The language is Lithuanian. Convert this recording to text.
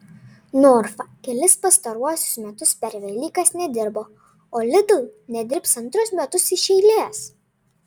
norfa kelis pastaruosius metus per velykas nedirbo o lidl nedirbs antrus metus iš eilės